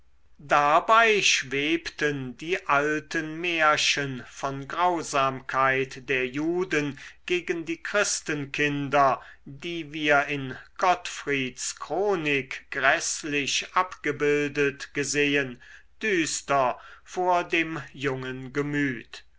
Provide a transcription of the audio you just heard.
dabei schwebten die alten märchen von grausamkeit der juden gegen die christenkinder die wir in gottfrieds chronik gräßlich abgebildet gesehen düster vor dem jungen gemüt